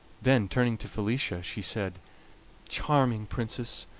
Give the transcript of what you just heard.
then, turning to felicia, she said charming princess,